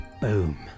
Boom